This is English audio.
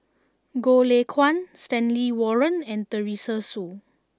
Goh Lay Kuan Stanley Warren and Teresa Hsu